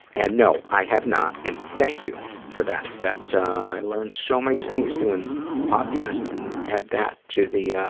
and no, i have not, and thank you for that. that, i learn so many things doing the podcast and add that to the yeah